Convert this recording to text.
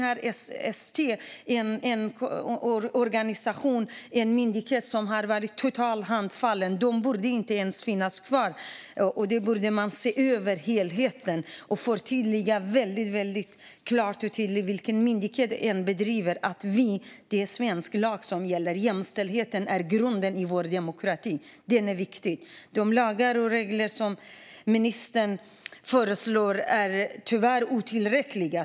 Tyvärr har Myndigheten för stöd till trossamfund varit totalt handfallen. Den borde inte ens finnas kvar. Man borde se över helheten och förtydliga väldigt väl för vilken myndighet det än gäller att svensk lag gäller. Jämställdheten är grunden för vår demokrati. Den är viktig. De lagar och regler som ministern föreslår är tyvärr otillräckliga.